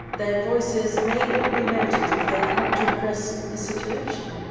their voices, may all be noted if they help to impress the situation.